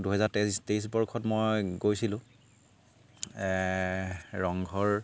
দুহেজাৰ তেইছ তেইছ বৰ্ষত মই গৈছিলোঁ ৰংঘৰ